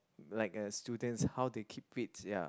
like a student how they keep fit ya